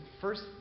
first